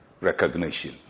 recognition